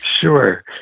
Sure